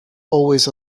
always